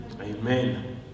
Amen